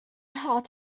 heart